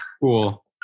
Cool